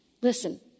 Listen